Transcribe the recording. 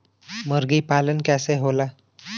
मुर्गी पालन कैसे होला?